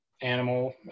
Animal